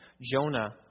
Jonah